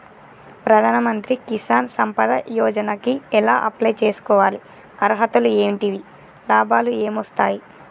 ప్రధాన మంత్రి కిసాన్ సంపద యోజన కి ఎలా అప్లయ్ చేసుకోవాలి? అర్హతలు ఏంటివి? లాభాలు ఏమొస్తాయి?